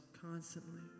constantly